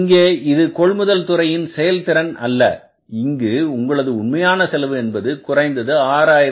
இங்கே இது கொள்முதல் துறையின் செயல்திறன் அல்ல இங்கு உங்களது உண்மையான செலவு என்பது குறைந்து 6513